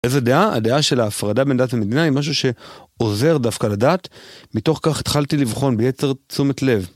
איזה דעה? הדעה של ההפרדה בין דת ומדינה היא משהו שעוזר דווקא לדת. מתוך כך התחלתי לבחון ביתר תשומת לב.